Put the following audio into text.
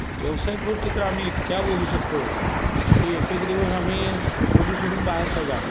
व्यावसायिक गोष्टीत आम्ही इतक्या बोलू शकतो की एक एक दिवस आम्ही खोली सोडून बाहेर सुद्धा जात नाही